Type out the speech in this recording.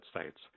States